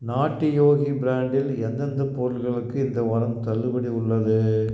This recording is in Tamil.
நாட்டி யோகி பிராண்டில் எந்தெந்த பொருட்களுக்கு இந்த வாரம் தள்ளுபடி உள்ளது